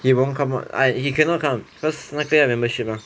he won't come [what] ah he cannot come cause 那个要 membership mah